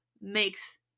makes